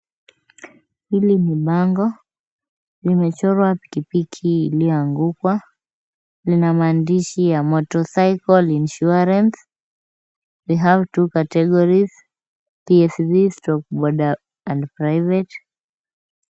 Hili ni bango. Limechorwa pikipiki iliyoanguka. Ina maandishi ya motorcycle insurance. We have two categories: PSV/boda and private .